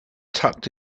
tucked